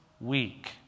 week